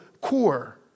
core